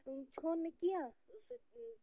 ژھیٚون نہَ کیٚنٛہہ سُہ تہٕ سُہ